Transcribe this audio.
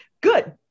good